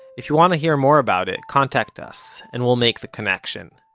if you want to hear more about it, contact us, and we'll make the connection